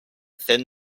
thin